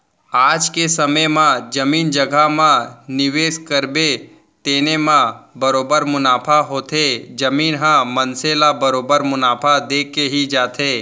आज के समे म जमीन जघा म निवेस करबे तेने म बरोबर मुनाफा होथे, जमीन ह मनसे ल बरोबर मुनाफा देके ही जाथे